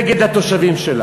נגד התושבים שלה.